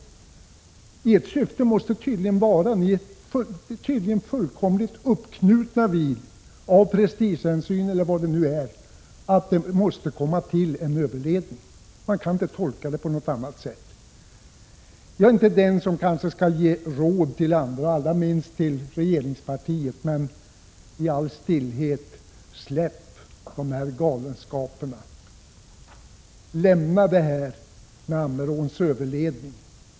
Av prestigehänsyn, eller vad det nu kan vara, har ni tydligen fullkomligt bundit upp er. En överledning måste tydligen komma till stånd. Man kan inte tolka ert agerande på annat sätt. Jag är kanske inte den som skall ge råd till andra — och då allra minst till regeringspartiet — men i all stillhet vädjar jag: Avstå från de här galenskaperna! Lämna detta med Ammeråns överledning!